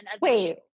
Wait